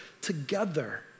together